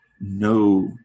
no